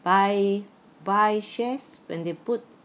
buy buy shares when they put